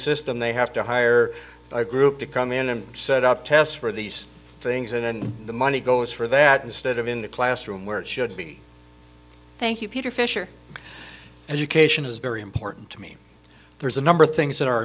system they have to hire a group to come in and set up tests for these things and then the money goes for that instead of in the classroom where it should be thank you peter fisher education is very important to me there's a number of things that are